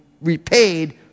repaid